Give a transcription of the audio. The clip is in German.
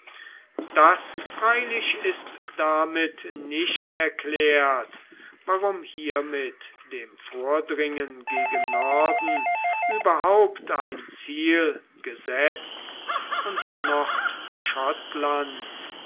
das freilich ist damit nicht erklärt warum hiermit dem vordringen gegen norden überhaupt ein ziel gesetzt und